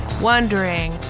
wondering